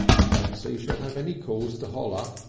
i don't see she'll have any cause to holler,